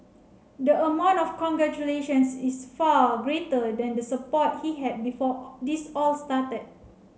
the amount of congratulations is far greater than the support he had before this all started